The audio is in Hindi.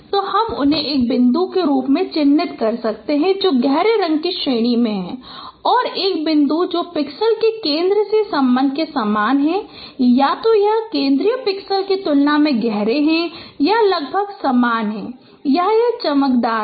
तो हम उन्हें एक बिंदु के रूप में चिह्नित कर सकते हैं जो गहरे रंग की श्रेणी में है और एक बिंदु जो पिक्सेल के केंद्र के संबंध में समान है या तो यह केंद्रीय पिक्सेल की तुलना में गहरा है या लगभग समान है या यह चमकदार है